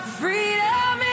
freedom